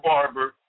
Barber